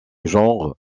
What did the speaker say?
genre